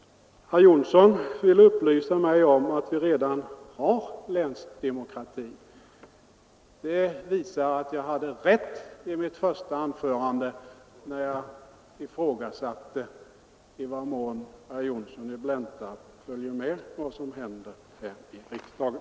Herr Johnsson i Blentarp ville upplysa mig om att vi redan har länsdemokrati. Det visar att jag hade rätt i mitt första anförande, när jag ifrågasatte i vad mån herr Johnsson följer med vad som händer här i riksdagen.